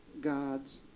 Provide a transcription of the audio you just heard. God's